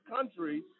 country